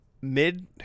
mid